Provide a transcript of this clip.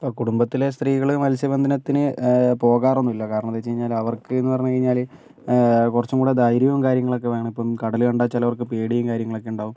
ഇപ്പം കുടുംബത്തിലെ സ്ത്രീകൾ മത്സ്യബന്ധനത്തിന് പോകാറൊന്നുമില്ല കാരണമെന്താന്ന് വച്ചുകഴിഞ്ഞാൽ അവർക്കെന്ന് പറഞ്ഞു കഴിഞ്ഞാൽ കുറച്ചും കൂടെ ധൈര്യം കാര്യങ്ങളൊക്കെ വേണം ഇപ്പം കടൽ കണ്ടാൽ ചിലർക്ക് പേടീം കാര്യങ്ങളൊക്കെയുണ്ടാവും